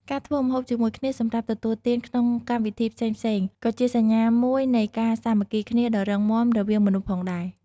ការធ្វើម្ហូបជាមួយគ្នាសម្រាប់ទទួលទានក្នុងកម្មវិធីផ្សេងៗ ក៏ជាសញ្ញាមួយនៃការសាមគ្គីគ្នាដ៏រឹងមាំរវាងមនុស្សផងដែរ។